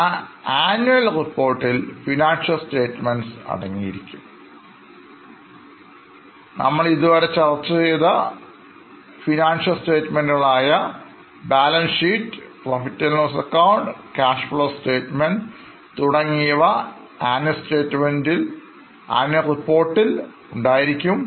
ആ ആനുവൽ റിപ്പോർട്ടിൽ financial Statements അടങ്ങിയിരിക്കും നമ്മൾ ഇതുവരെ ചർച്ച ചെയ്ത് ഫിനാൻഷ്യൽ സ്റ്റേറ്റ്മെൻറ് ആയ balance sheet profit loss account cash flow statement തുടങ്ങിയവ ആനുവൽ റിപ്പോർട്ടിൽഉണ്ടായിരിക്കും